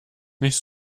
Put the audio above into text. nicht